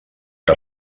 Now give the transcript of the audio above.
que